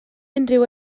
unrhyw